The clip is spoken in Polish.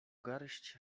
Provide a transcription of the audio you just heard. garść